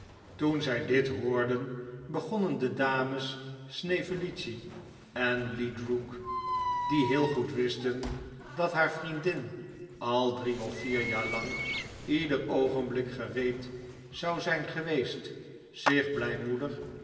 toen zij dit hoorden begonnen de dames snevellicci en ledrook die heel goed wisten dat haar vriendin al drie of vier jaar lang ieder oogenblik gereed zou zijn geweest zich